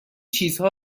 چیزها